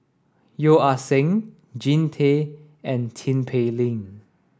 Yeo Ah Seng Jean Tay and Tin Pei Ling